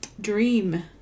Dream